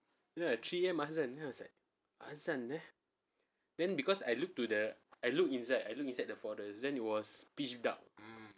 ya three A_M ah azan then I was like azan eh then because I look to the I look inside I look inside the forest then it was pitch dark